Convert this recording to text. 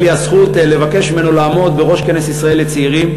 לי הזכות לבקש ממנו לעמוד בראש כנס ישראל לצעירים,